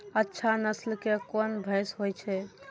अच्छा नस्ल के कोन भैंस होय छै?